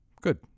good